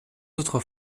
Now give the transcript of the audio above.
autres